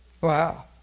Wow